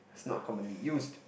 it's not commonly used